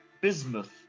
Bismuth